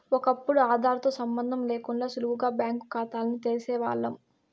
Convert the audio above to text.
ఒకప్పుడు ఆదార్ తో సంబందం లేకుండా సులువుగా బ్యాంకు కాతాల్ని తెరిసేవాల్లం